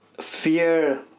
fear